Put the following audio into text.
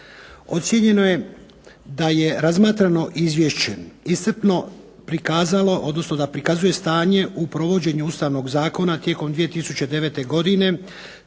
Ocijenjeno je da je razmatrano izvješće iscrpno prikazuje stanje u provođenju Ustavnog zakona tijekom 2009. godine,